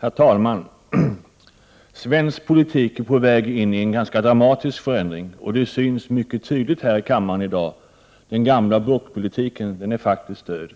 Herr talman! Svensk politik är på väg in i en ganska dramatisk förändring, och det syns mycket tydligt här i kammaren i dag. Den gamla blockpolitiken är faktiskt död.